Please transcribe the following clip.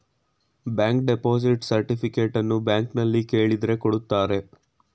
bank deposit ಸರ್ಟಿಫಿಕೇಟನ್ನು ಬ್ಯಾಂಕ್ನಲ್ಲಿ ಕೇಳಿದ್ರೆ ಕೊಡ್ತಾರೆ